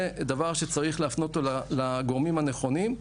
זה דבר שצריך להפנות אותו לגורמים הנכונים,